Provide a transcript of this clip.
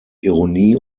ironie